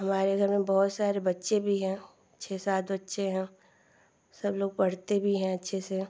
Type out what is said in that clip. हमारे घर में बहुत सारे बच्चे भी हैं छह सात बच्चे हैं सबलोग पढ़ते भी हैं अच्छे से